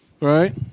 right